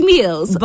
Meals